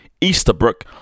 easterbrook